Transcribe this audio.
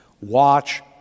watch